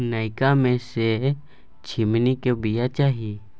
नयका में से झीमनी के बीज चाही?